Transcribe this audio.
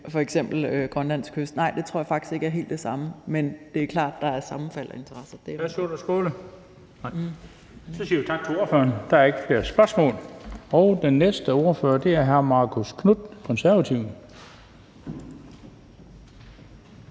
f.eks. Grønlands kyst. Nej, det tror jeg faktisk ikke er helt det samme. Men det er klart, at der er sammenfald af interesser.